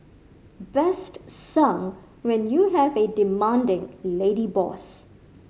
best sung when you have a demanding lady boss